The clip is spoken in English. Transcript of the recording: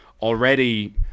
already